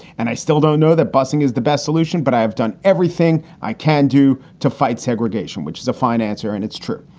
and i still don't know that busing is the best solution. but i have done everything i can do to fight segregation, which is a fine answer. and it's true.